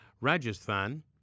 Rajasthan